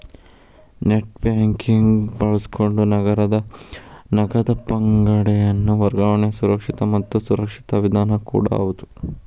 net banking ಬಳಸಕೊಂಡ ನಗದ ಹಿಂಪಡೆದ ವರ್ಗಾವಣೆ ಸುರಕ್ಷಿತ ಮತ್ತ ಸುರಕ್ಷಿತ ವಿಧಾನ ಕೂಡ ಹೌದ್